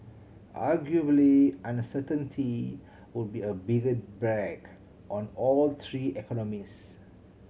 arguably uncertainty would be a bigger on all three economies